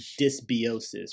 dysbiosis